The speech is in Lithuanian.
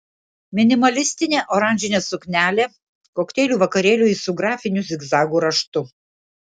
minimalistinė oranžinė suknelė kokteilių vakarėliui su grafiniu zigzagų raštu